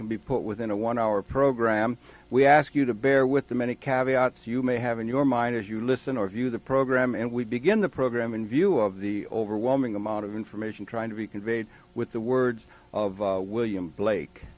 can be put within a one hour program we ask you to bear with the many cabbie outs you may have in your mind as you listen or view the program and we begin the program in view of the overwhelming amount of information trying to be conveyed with the words of william blake